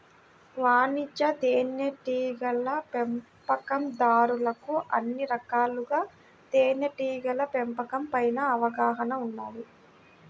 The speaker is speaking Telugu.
వాణిజ్య తేనెటీగల పెంపకందారులకు అన్ని రకాలుగా తేనెటీగల పెంపకం పైన అవగాహన ఉండాలి